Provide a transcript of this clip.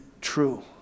true